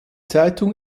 zeitung